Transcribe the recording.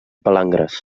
palangres